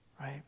Right